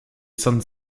san